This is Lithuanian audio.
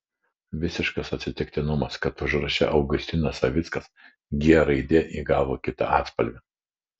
visiškas atsitiktinumas kad užraše augustinas savickas g raidė įgavo kitą atspalvį